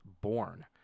born